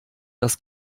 das